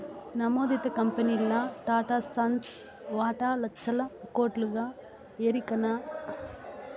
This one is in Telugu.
నమోదిత కంపెనీల్ల టాటాసన్స్ వాటా లచ్చల కోట్లుగా ఎరికనా